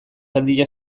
handia